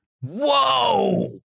Whoa